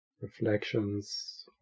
reflections